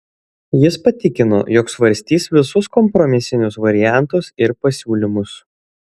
jis patikino jog svarstys visus kompromisinius variantus ir pasiūlymus